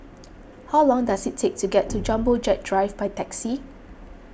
how long does it take to get to Jumbo Jet Drive by taxi